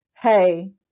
Hey